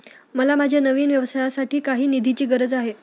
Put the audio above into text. मला माझ्या नवीन व्यवसायासाठी काही निधीची गरज आहे